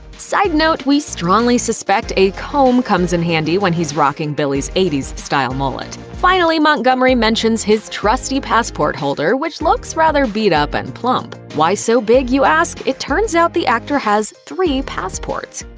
side note we strongly suspect a comb comes in handy when he's rocking billy's eighty style mullet. finally, montgomery mentions his trusty passport holder, which looks rather beat-up and plump. why so big, you ask? it turns out, the actor has three passports.